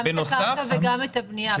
גם את הקרקע וגם את הבנייה.